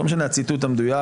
לא משנה הציטוט המדויק,